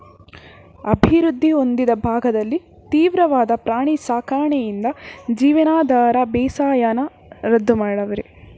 ಅಭಿವೃದ್ಧಿ ಹೊಂದಿದ ಭಾಗದಲ್ಲಿ ತೀವ್ರವಾದ ಪ್ರಾಣಿ ಸಾಕಣೆಯಿಂದ ಜೀವನಾಧಾರ ಬೇಸಾಯನ ರದ್ದು ಮಾಡವ್ರೆ